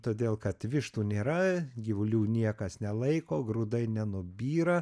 todėl kad vištų nėra gyvulių niekas nelaiko grūdai nenubyra